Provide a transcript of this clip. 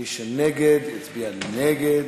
מי שנגד, יצביע נגד.